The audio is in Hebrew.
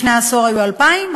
לפני עשור היו 2,000,